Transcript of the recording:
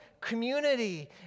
community